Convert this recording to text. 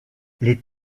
les